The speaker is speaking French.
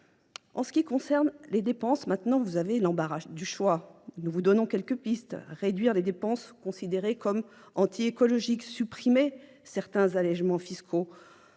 En ce qui concerne les dépenses, vous avez l’embarras du choix. Nous vous présentons quelques pistes : réduire les dépenses considérées comme antiécologiques, supprimer certains allégements fiscaux